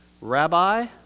Rabbi